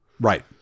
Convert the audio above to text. Right